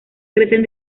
crecen